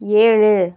ஏழு